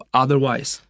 otherwise